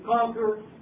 conquer